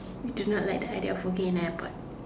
you do not like the idea of working in an airport